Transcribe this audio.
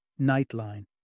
Nightline